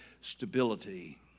stability